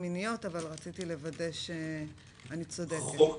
רציתי לוודא שאני צודקת.